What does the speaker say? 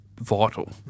vital